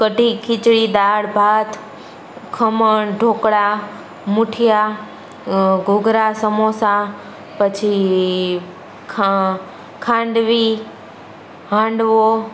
કઢી ખીચડી દાળ ભાત ખમણ ઢોકળા મુઠીયા ઘૂઘરા સમોસા પછી ખ ખાંડવી હાંડવો